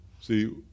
see